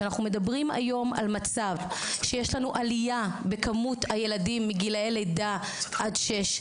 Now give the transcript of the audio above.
אנחנו מדברים על מצב של עלייה בילדים מגילאי לידה עד שש,